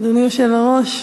אדוני היושב-ראש,